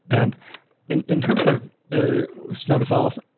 and in in terms of ah stem cells.